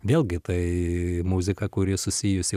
vėlgi tai muzika kuri susijusi